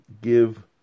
give